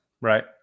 Right